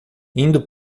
indo